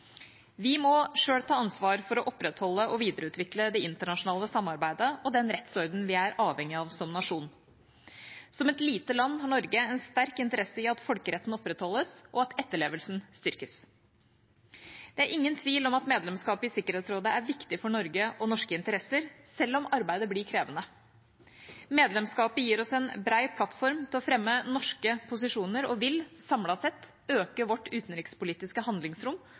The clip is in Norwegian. Vi må selv ta ansvar for å opprettholde og videreutvikle det internasjonale samarbeidet og den rettsorden vi er avhengige av som nasjon. Som et lite land har Norge en sterk interesse i at folkeretten opprettholdes og at etterlevelsen styrkes. Det er ingen tvil om at medlemskapet i Sikkerhetsrådet er viktig for Norge og norske interesser, selv om arbeidet blir krevende. Medlemskapet gir oss en bred plattform for å fremme norske posisjoner og vil, samlet sett, øke vårt utenrikspolitiske handlingsrom